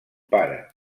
pare